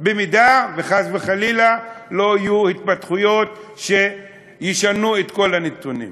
אם חס וחלילה לא יהיו התפתחויות שישנו את כל הנתונים.